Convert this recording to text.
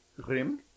Grim